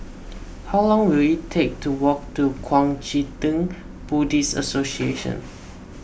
how long will it take to walk to Kuang Chee Tng Buddhist Association